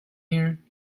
here